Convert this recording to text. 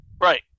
Right